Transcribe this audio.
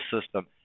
system